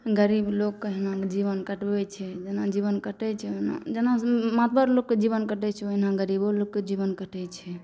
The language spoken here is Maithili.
गरीब लोक अहिनाके जीवन कटबै छै जेना जीवन कटै छै जेना मतगर लोकके जीवन कटै छै ओहिना गरीबो लोकके जीवन कटै छै